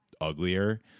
uglier